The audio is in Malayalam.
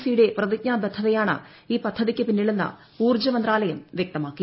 സി യുടെ പ്രതിജ്ഞാബദ്ധതയാണ് ഈ പദ്ധതിക്ക് പിന്നിലെന്ന് ഊർജ മന്ത്രാലയം വ്യക്തമാക്കി